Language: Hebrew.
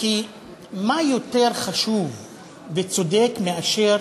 כי מה יותר חשוב וצודק מאשר